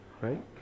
right